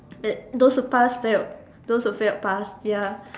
that those who passed failed those who failed passed